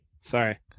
sorry